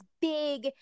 big